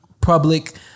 public